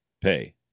pay